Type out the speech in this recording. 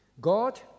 God